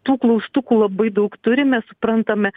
tų klaustukų labai daug turime suprantame